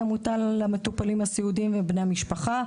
המוטל על המטופלים הסיעודיים ועל בני המשפחה,